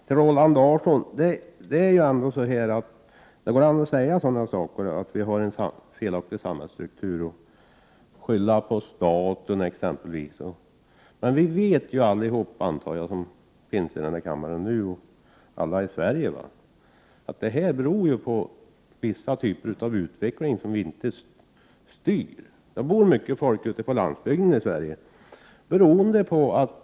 Herr talman! Roland Larsson, det går an att säga att vi har en felaktig samhällsstruktur och att t.ex. skylla på staten. Vi vet dock alla i denna kammare och i hela Sverige, att det beror på en viss typ av utveckling som vi inte styr. Det bor mycket folk ute på landsbygden i Sverige.